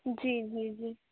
जी जी जी